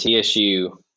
TSU